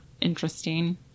interesting